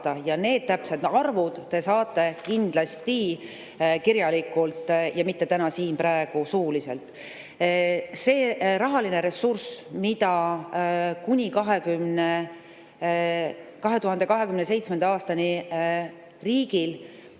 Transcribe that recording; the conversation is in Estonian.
Need täpsed arvud te saate kindlasti kirjalikult ja mitte siin praegu suuliselt. See rahaline ressurss, mis kuni 2027. aastani riigil